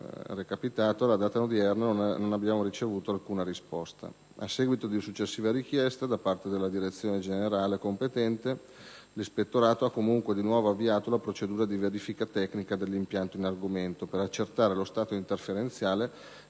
alla data odierna non ha ricevuto alcuna risposta. A seguito di successiva richiesta, da parte della Direzione generale competente, il citato ispettorato ha, comunque, nuovamente avviato la procedura di verifica tecnica dell'impianto in argomento, per accertare lo stato interferenziale,